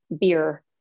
beer